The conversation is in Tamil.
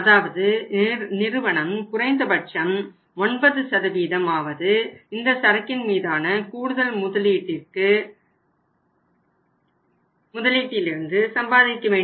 அதாவது நிறுவனம் குறைந்தபட்சம் 9 ஆவது இந்த சரக்கின் மீதான கூடுதல் முதலீட்டில் இருந்து சம்பாதிக்க வேண்டும்